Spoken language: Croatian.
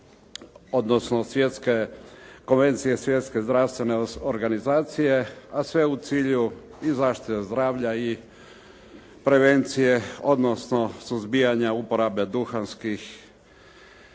Svjetske konvencije Svjetske zdravstvene organizacije, a sve u cilju i zaštite zdravlja i prevencije, odnosno suzbijanja uporabe duhana i